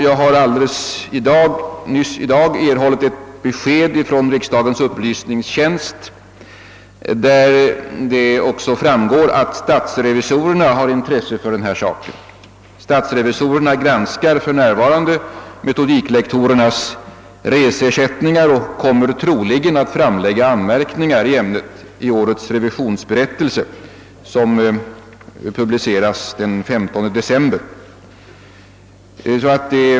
Jag har i dag erhållit ett besked från riksdagens upplysningstjänst, av vilket det framgår att också statsrevisorerna har intresse för denna sak. Statsrevisorerna granskar för närvarande metodiklektorernas reseersättningar och kommer troligen att framställa anmärkningar i ämnet i årets revisionsberättelse, som publiceras den 15 december.